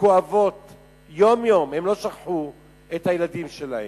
שכואבות יום-יום, הן לא שכחו את הילדים שלהן.